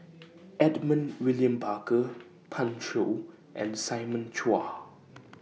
Edmund William Barker Pan Shou and Simon Chua